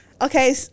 Okay